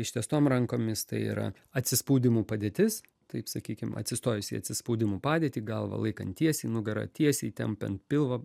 ištiestom rankomis tai yra atsispaudimų padėtis taip sakykim atsistojus į atsispaudimų padėtį galvą laikant tiesiai nugarą tiesiai tempiant pilvą